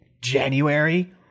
January